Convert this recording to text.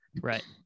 Right